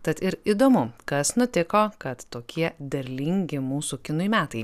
tad ir įdomu kas nutiko kad tokie derlingi mūsų kinui metai